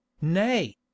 nay